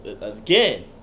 again